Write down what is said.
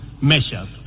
measures